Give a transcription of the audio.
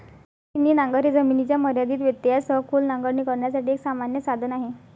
छिन्नी नांगर हे जमिनीच्या मर्यादित व्यत्ययासह खोल नांगरणी करण्यासाठी एक सामान्य साधन आहे